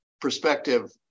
perspective